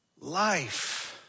life